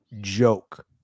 joke